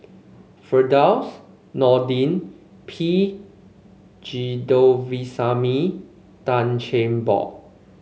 Firdaus Nordin P Govindasamy Tan Cheng Bock